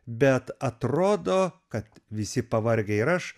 bet atrodo kad visi pavargę ir aš